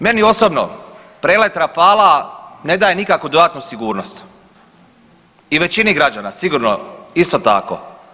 Meni osobno prelet Rafala ne daje nikakvu dodatnu sigurnost i većini građana, sigurno isto tako.